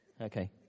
Okay